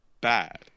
Bad